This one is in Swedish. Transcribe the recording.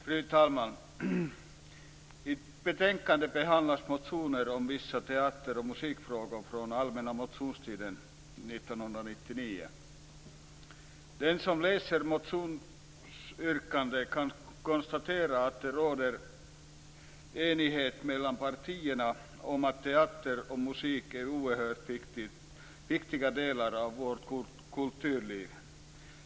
Fru talman! I betänkandet behandlas motioner om vissa teater och musikfrågor från allmänna motionstiden hösten 1998. Den som läser motionsyrkandena kan konstatera att det råder stor enighet mellan partierna om att teater och musik är oerhört viktiga delar av vårt kulturliv.